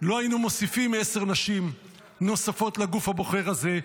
לא היינו מוסיפים עשר נשים נוספות לגוף הבוחר הזה,